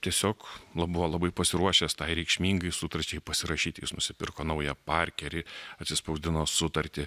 tiesiog buvo labai pasiruošęs tai reikšmingai sutarčiai pasirašyti jis nusipirko naują parkerį atsispausdino sutartį